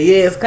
Yes